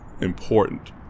important